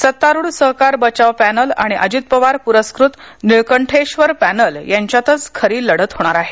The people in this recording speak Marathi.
सत्तारूढ सहकार बचाव पॅनल आणि अजित पवार पुरस्कृत निळकठेश्वर पॅनल यांच्यातच खरी लढत होत आहे